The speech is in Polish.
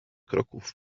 kroków